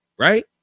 Right